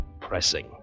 pressing